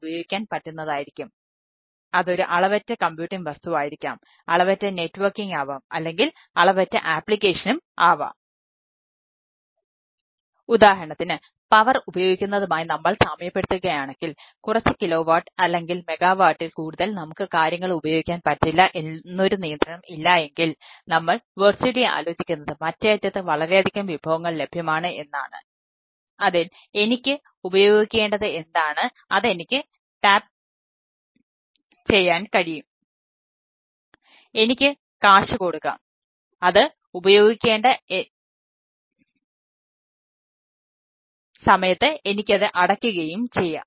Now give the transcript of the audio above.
ഉദാഹരണത്തിന് പവർ ചെയ്യാൻ കഴിയും അതിനുവേണ്ടി എനിക്ക് കാശ് കൊടുക്കാം അത് ഉപയോഗിക്കണ്ട എന്നുള്ള സമയത്ത് എനിക്കത് അടക്കുകയും ചെയ്യാം